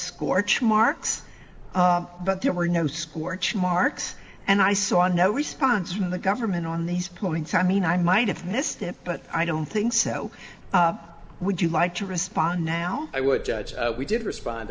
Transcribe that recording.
scorch marks but there were no scorch marks and i saw no response from the government on these points i mean i might have missed it but i don't think so would you like to respond now i would judge we did respond